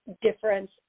difference